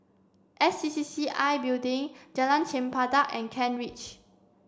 S C C C I Building Jalan Chempedak and Kent Ridge